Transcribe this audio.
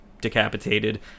decapitated